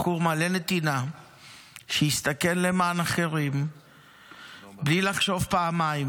בחור מלא נתינה שהסתכן למען אחרים בלי לחשוב פעמיים.